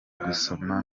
gusoma